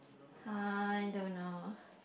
I don't know